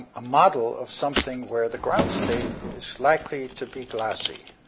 ah model of something where the ground state is likely to be glassy,